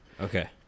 Okay